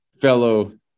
fellow